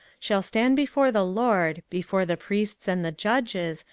shall stand before the lord, before the priests and the judges,